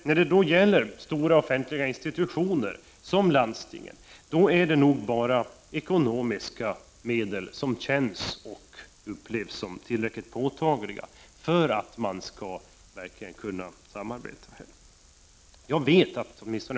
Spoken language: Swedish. När det gäller stora offentliga institutioner, som landstingen, är det nog bara ekonomiska medel som känns och upplevs som tillräckligt påtagliga för att de verkligen skall samarbeta.